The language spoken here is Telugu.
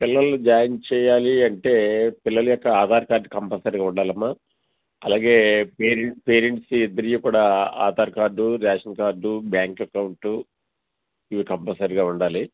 పిల్లలు జాయిన్ చేయాలి అంటే పిల్లల యొక్క ఆధార్ కార్డు కంపల్సరిగా ఉండాలి అమ్మా అలాగే పేరెంట్ పేరెంట్స్ ఇద్దరి కూడా Aadhaar card ration card bank account ఇవి కంపల్సరిగా ఉండాలి